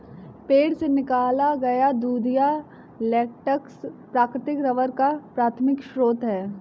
पेड़ से निकाला गया दूधिया लेटेक्स प्राकृतिक रबर का प्राथमिक स्रोत है